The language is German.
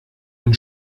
ihn